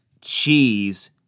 cheese